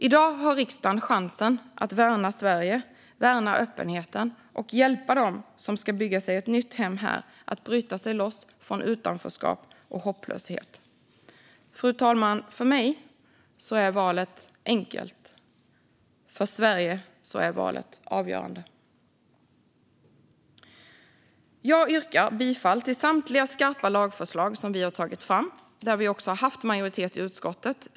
I dag har riksdagen chansen att värna Sverige, värna öppenheten och hjälpa dem som ska bygga sig ett nytt hem här att bryta sig loss från utanförskap och hopplöshet. Fru talman! För mig är valet enkelt. För Sverige är valet avgörande. Jag yrkar bifall till samtliga skarpa lagförslag som vi har tagit fram och där vi också har haft majoritet i utskottet.